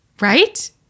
right